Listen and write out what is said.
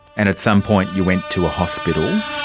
and at some point you went to a hospital.